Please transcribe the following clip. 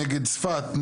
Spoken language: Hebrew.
נגד צפת,